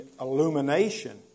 illumination